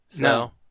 No